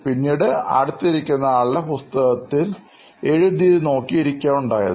പിന്നീട് അടുത്തിരിക്കുന്ന ആളുടെ പുസ്തകത്തിൽ എഴുതിയത് നോക്കി ഇരിക്കുകയാണ് ഉണ്ടായത്